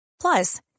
Plus